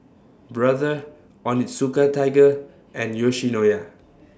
Brother Onitsuka Tiger and Yoshinoya